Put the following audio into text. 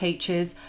teachers